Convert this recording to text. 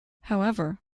however